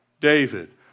David